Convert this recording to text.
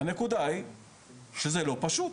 הנקודה היא שזה לא פשוט.